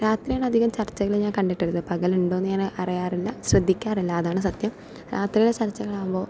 രാത്രിയാണ് അധികം ചർച്ചകൾ ഞാൻ കണ്ടിട്ട് ഉള്ളത് പകൽ ഉണ്ടോ എന്ന് അറിയാറില്ല ശ്രദ്ധിക്കാറില്ല അതാണ് സത്യം രാത്രിയിലെ ചർച്ചകൾ ആകുമ്പോൾ